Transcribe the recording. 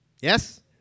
Yes